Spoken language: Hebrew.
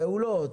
פעולות,